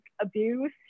abuse